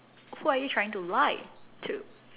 who are you trying to lie to